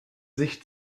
sich